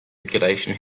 regulation